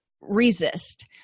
resist